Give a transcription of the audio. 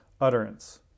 utterance